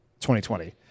2020